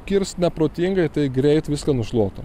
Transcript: kirs neprotingai tai greit viską nušluotų